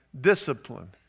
discipline